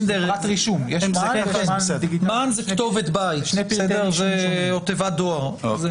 מען זה כתובת בית או תיבת דואר.